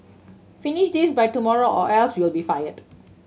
finish this by tomorrow or else you'll be fired